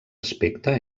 aspecte